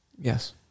yes